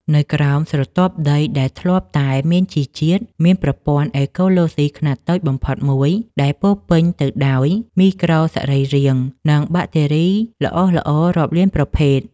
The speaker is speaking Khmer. នៅក្រោមស្រទាប់ដីដែលធ្លាប់តែមានជីជាតិ មានប្រព័ន្ធអេកូឡូស៊ីខ្នាតតូចបំផុតមួយដែលពោរពេញទៅដោយមីក្រូសរីរាង្គ និងបាក់តេរីល្អៗរាប់លានប្រភេទ។